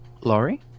Laurie